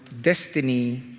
destiny